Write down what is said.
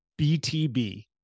BTB